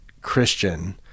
Christian